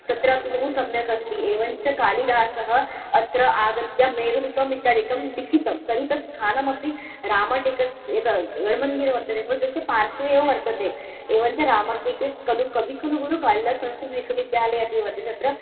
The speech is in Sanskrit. तत्रापि बहुसम्यक् अस्ति एवञ्च कालिदासेन अत्र आगत्य मेधदूतमित्यादिकं लिखितं तर्हि तत् स्थानमपि रामटेकस्य एतद् गडमन्दिरं वर्तते खलु तस्य पार्श्वे एव वर्तते एवञ्च रामटेके खलु कविकुलगुरुकालिदास संस्कृत विश्वविद्यालयः अपि वर्तते तत्र